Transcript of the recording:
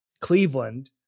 Cleveland